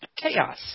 Chaos